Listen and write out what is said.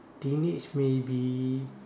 teenage maybe